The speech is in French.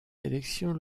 élections